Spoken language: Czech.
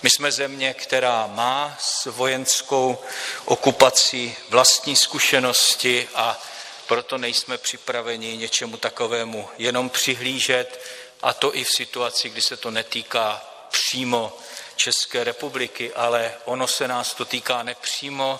My jsme země, která má s vojenskou okupací vlastní zkušenosti, a proto nejsme připraveni něčemu takovému jenom přihlížet, a to i v situaci, kdy se to netýká přímo České republiky, ale ono se nás to týká nepřímo.